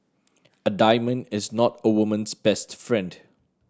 a diamond is not a woman's best friend